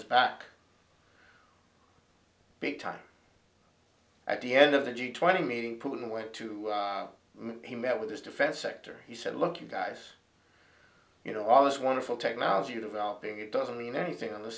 programs back big time at the end of the g twenty meeting put away to be met with this defense sector he said look you guys you know all this wonderful technology developing it doesn't mean anything on the